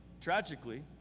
tragically